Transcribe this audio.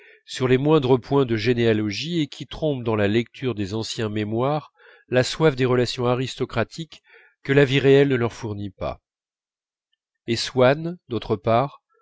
sur les moindres points de généalogie et qui trompent dans la lecture des anciens mémoires la soif des relations aristocratiques que la vie réelle ne leur fournit pas et swann d'autre part